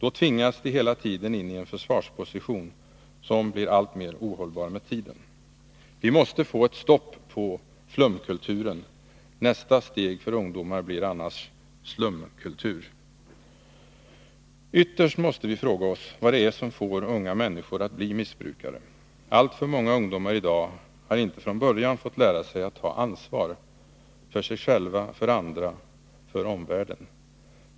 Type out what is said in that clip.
Då tvingas de hela tiden in i en försvarsposition, som blir alltmer ohållbar med tiden. Vi måste få ett stopp på ”flumkulturen” — nästa steg för ungdomar blir annars ”slumkultur”. Ytterst måste vi fråga oss vad det är som får unga människor att bli missbrukare. Alltför många ungdomar i dag har inte från början fått lära sig att ta ansvar — för sig själva, för andra, för omvärlden.